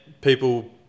people